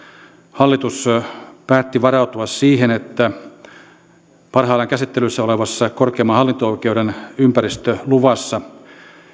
hallitus päätti varautua siihen että parhaillaan käsittelyssä olevassa korkeimman hallinto oikeuden ympäristöluvassa